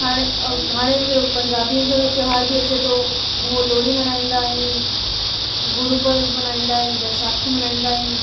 हाणे अ हाणे उहे पंजाबियुनि जो त्योहार बि अचे थो हू लोहड़ी मल्हाईंदा आहियूं गुरु पर्व मल्हाईंदा आहिनि बैसाखी मल्हाईंदा आहिनि